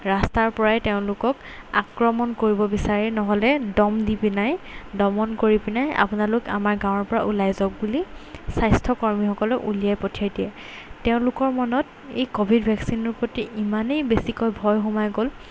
ৰাস্তাৰপৰাই তেওঁলোকক আক্ৰমণ কৰিব বিচাৰে নহ'লে দম দি পিনাই দমন কৰি পিনে আপোনালোক আমাৰ গাঁৱৰপৰা ওলাই যাওক বুলি স্বাস্থ্যকৰ্মীসকলক উলিয়াই পঠিয়াই দিয়ে তেওঁলোকৰ মনত এই ক'ভিড ভেকচিনৰ প্ৰতি ইমানেই বেছিকৈ ভয় সোমাই গ'ল